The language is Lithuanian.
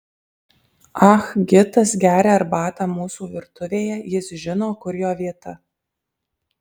ah gitas geria arbatą mūsų virtuvėje jis žino kur jo vieta